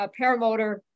paramotor